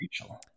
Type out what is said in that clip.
Rachel